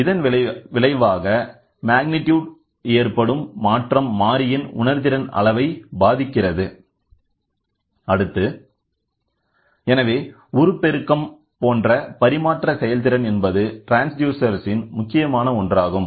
இதன் விளைவாக மேக்னிடியூடில் ஏற்படும் மாற்றம் மாறியின் உணர்திறன் அளவை பாதிக்கிறத எனவே உருப்பெருக்கம் போன்ற பரிமாற்ற செயல்திறன் என்பது ட்ரான்ஸ்டியூசர் இன் முக்கியமான ஒன்றாகும்